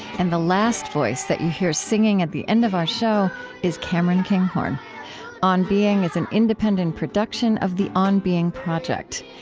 and the last voice that you hear singing at the end of our show is cameron kinghorn on being is an independent production of the on being project.